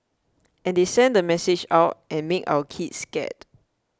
and they send the message out and make our kids scared